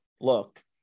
Look